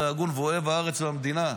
הגון ואוהב הארץ והמדינה.